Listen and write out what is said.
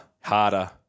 harder